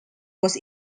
was